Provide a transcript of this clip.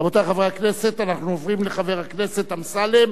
רבותי חברי הכנסת, אנחנו עוברים לחבר הכנסת אמסלם,